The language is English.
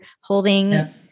holding